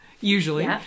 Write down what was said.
usually